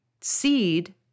Seed